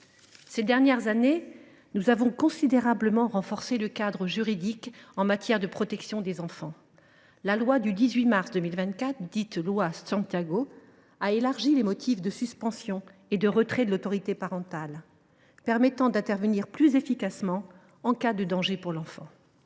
Ces dernières années, nous avons considérablement renforcé le cadre juridique de la protection des enfants. La loi du 18 mars 2024, dite loi Santiago, a ainsi élargi les motifs de suspension et de retrait de l’autorité parentale, permettant d’intervenir plus efficacement en cas de danger pour l’enfant.